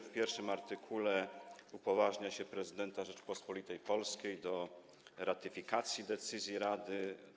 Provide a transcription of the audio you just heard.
W pierwszym artykule upoważnia się prezydenta Rzeczypospolitej Polskiej do ratyfikacji decyzji Rady.